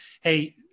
Hey